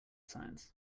science